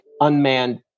unmanned